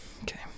Okay